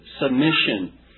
submission